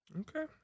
Okay